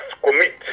commit